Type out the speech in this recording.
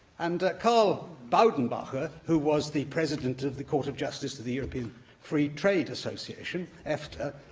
and carl baudenbacher, who was the president of the court of justice to the european free trade association, efta,